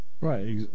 right